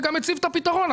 וגם הציב את הפתרון.